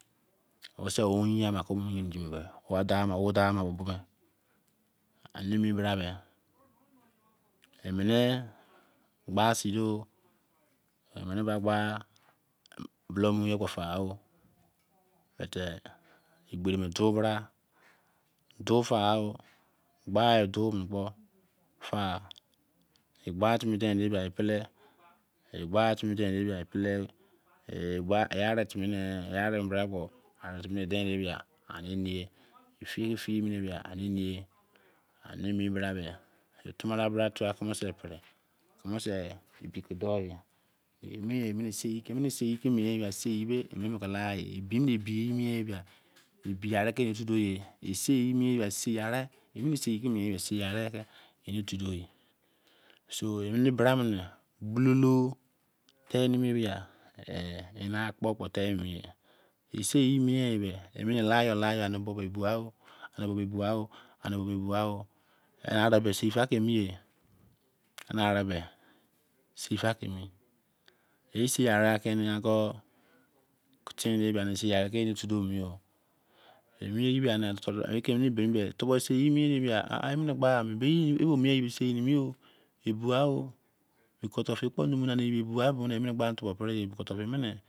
Osu ame oyin o dqn nu beh a le le bra me mene gbese eman gba but egben do bra doh fa o gbe tim den kpo fa gbe timi dan kpo pele ani time ne eneme eniye eneme ewe ene bu bra tamaba tai kere pe re keme se lai e sei ke me sei ar e ke tu so eni bra me ene akpo reime sei ani ke eni go fa kumo